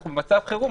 אנחנו במצב חירום,